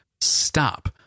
Stop